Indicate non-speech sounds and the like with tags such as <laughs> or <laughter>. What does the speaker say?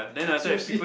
<laughs> sushi